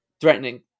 threatening